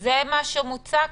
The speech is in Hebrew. זה מה שמוצע כאן.